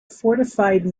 fortified